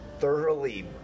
thoroughly